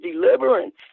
deliverance